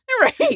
Right